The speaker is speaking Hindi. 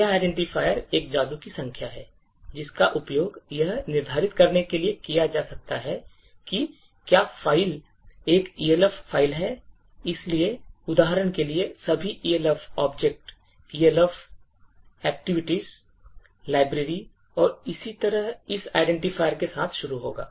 यह identifier एक जादू की संख्या है जिसका उपयोग यह निर्धारित करने के लिए किया जा सकता है कि क्या फ़ाइल एक Elf फ़ाइल है इसलिए उदाहरण के लिए सभी Elf object Elf executive library और इसी तरह इस identifier के साथ शुरू होगा